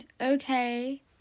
okay